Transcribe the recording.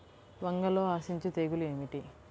వంగలో ఆశించు తెగులు ఏమిటి?